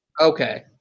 okay